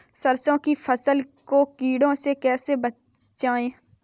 सरसों की फसल को कीड़ों से कैसे बचाएँ?